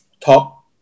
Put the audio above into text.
top